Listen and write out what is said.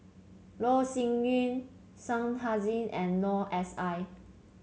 Loh Sin Yun Shah Hussain and Noor S I